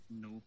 No